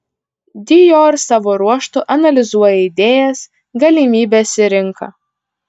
dior savo ruožtu analizuoja idėjas galimybes ir rinką